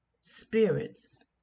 spirits